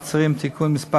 מעצרים) (תיקון מס'